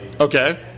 Okay